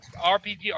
RPG